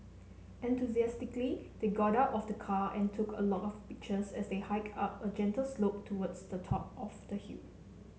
enthusiastically they got out of the car and took a lot of pictures as they hiked up a gentle slope towards the top of the hill